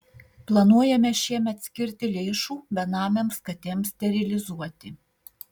planuojame šiemet skirti lėšų benamėms katėms sterilizuoti